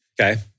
Okay